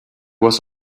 was